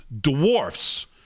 dwarfs